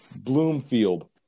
Bloomfield